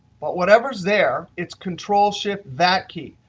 but whatever's there, it's control shift that key.